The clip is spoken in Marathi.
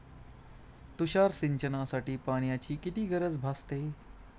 तुषार सिंचनासाठी पाण्याची किती गरज भासते?